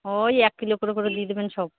ওই এক কিলো করে করে দিয়ে দেবেন সব